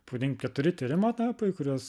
pavadinkim keturi tyrimo etapai kuriuos